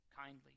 kindly